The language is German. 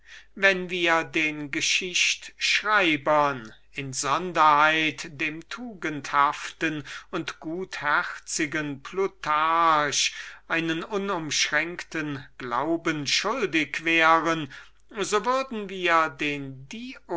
wenn wir den geschichtschreibern insonderheit dem tugendhaften und gutherzigen plutarch einen unumschränkten glauben schuldig wären so würden wir den